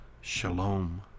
Shalom